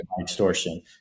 extortion